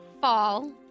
fall